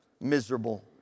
miserable